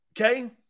Okay